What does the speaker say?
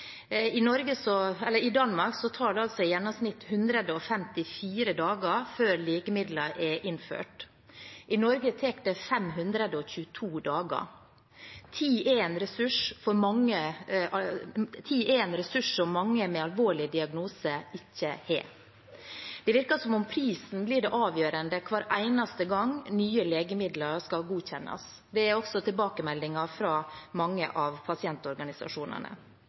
I Danmark tar det i gjennomsnitt 154 dager før legemidler er innført. I Norge tar det 522 dager. Tid er en ressurs som mange med alvorlige diagnoser ikke har. Det virker som om prisen blir det avgjørende hver eneste gang nye legemidler skal godkjennes. Det er også tilbakemeldingen fra mange av pasientorganisasjonene.